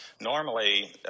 Normally